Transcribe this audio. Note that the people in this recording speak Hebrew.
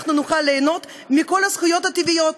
נוכל ליהנות מכל הזכויות הטבעיות,